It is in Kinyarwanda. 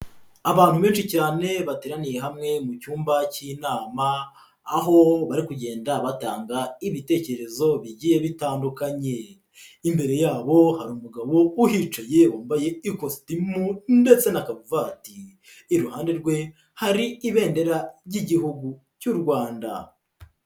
Abantu benshi cyane bateraniye hamwe mu cyumba cy'inama aho bari kugenda batanga ibitekerezo bigiye bitandukanye, imbere yabo hari umugabo uhicaye wambaye ikositimu ndetse na karuvati, iruhande rwe hari Ibendera ry'Igihugu cy'u Rwanda.